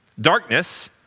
Darkness